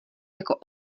jako